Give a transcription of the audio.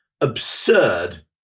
absurd